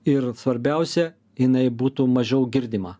ir svarbiausia jinai būtų mažiau girdima